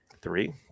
Three